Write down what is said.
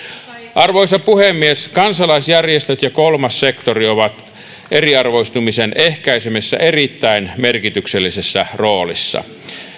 arvoisa puhemies kansalaisjärjestöt ja kolmas sektori ovat eriarvoistumisen ehkäisemisessä erittäin merkityksellisessä roolissa